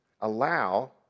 Allow